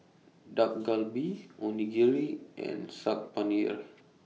Dak Galbi Onigiri and Saag Paneer